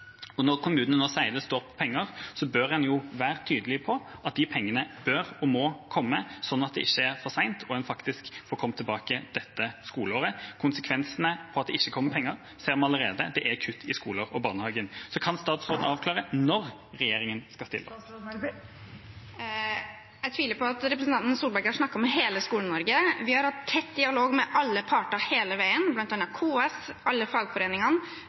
og når kommunene nå sier at det står på penger, bør en være tydelig på at de pengene bør og må komme – slik at det ikke er for sent, og at en faktisk får kommet tilbake dette skoleåret. Konsekvensene av at det ikke kommer penger, ser vi allerede: Det er kutt i skolen og barnehagen. Kan statsråden avklare når regjeringa skal stille opp? Jeg tviler på at representanten Tvedt Solberg har snakket med hele Skole-Norge. Vi har hatt tett dialog med alle parter hele veien, bl.a. med KS og alle fagforeningene,